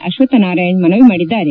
ಅಶ್ವತ್ ನಾರಾಯಣ ಮನವಿ ಮಾಡಿದ್ದಾರೆ